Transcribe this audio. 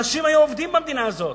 אנשים היו עובדים במדינה הזאת.